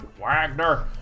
Wagner